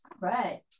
Right